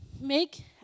make